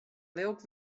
lilk